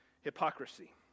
hypocrisy